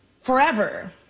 forever